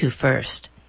first